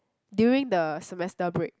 during the semester break